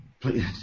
please